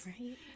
Right